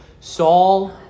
Saul